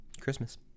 christmas